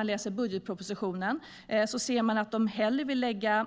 Av budgetpropositionen framgår att de hellre vill lägga